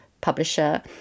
publisher